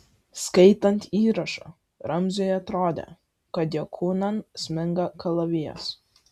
skaitant įrašą ramziui atrodė kad jo kūnan sminga kalavijas